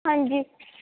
ਹਾਂਜੀ